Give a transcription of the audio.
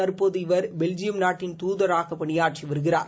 தற்போது இவர் பெல்ஜியம் நாட்டின் நாட்டின் தூதராக பணியாற்றி வருகிறார்